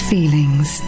Feelings